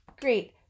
Great